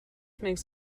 makes